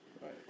Right